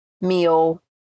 meal